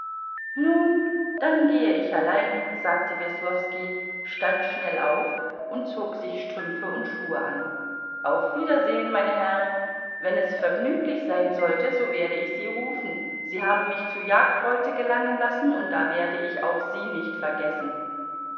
nun dann gehe ich allein sagte weslowski stand schnell auf und zog sich strümpfe und schuhe an auf wiedersehen meine herren wenn es vergnüglich sein sollte so werde ich sie rufen sie haben mich zu jagdbeute gelangen lassen und da werde ich auch sie nicht vergessen